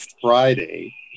Friday